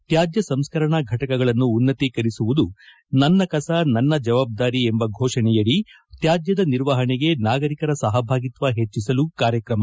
ತ್ಯಾಜ್ಯ ಸಂಸ್ಕರಣಾ ಘಟಕಗಳನ್ನು ಉನ್ನತೀಕರಿಸುವುದು ನನ್ನ ಕಸ ನನ್ನ ಜವಾಬ್ದಾರಿ ಎಂಬ ಘೋಷಣೆಯಡಿ ತ್ವಾಜ್ಯದ ನಿರ್ವಹಣೆಗೆ ನಾಗರಿಕರ ಸಹಭಾಗಿತ್ವ ಹೆಚ್ಚಿಸಲು ಕಾರ್ಯಕ್ರಮ